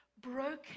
broken